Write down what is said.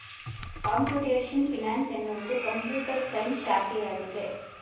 computation finance ಎನ್ನುವುದು computer science ಶಾಖೆಯಾಗಿದೆ